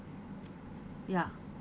ya